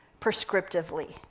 prescriptively